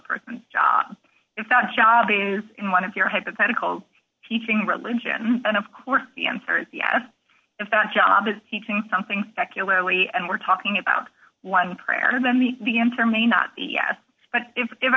person's job if that job is in one of your hypothetical teaching religion and of course the answer is yes if that job is teaching something secularly and we're talking about one prayer then the the answer may not be yes but if i